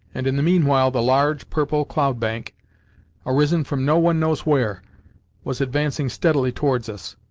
and in the meanwhile the large purple cloudbank arisen from no one knows where was advancing steadily towards us.